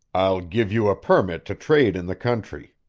i'll give you a permit to trade in the country.